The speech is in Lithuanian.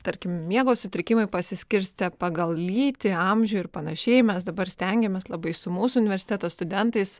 tarkim miego sutrikimai pasiskirstę pagal lytį amžių ir panašiai mes dabar stengiamės labai su mūsų universiteto studentais